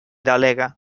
delegue